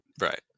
Right